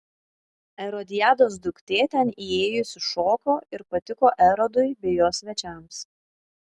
erodiados duktė ten įėjusi šoko ir patiko erodui bei jo svečiams